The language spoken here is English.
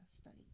study